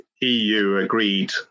EU-agreed